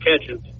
catches